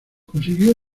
consiguió